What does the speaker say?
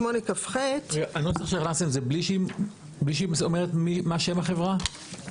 הנוסח זה בלי שהיא אומרת מה שם החברה?